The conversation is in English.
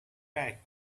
back